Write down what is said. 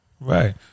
right